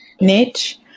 niche